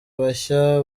bashya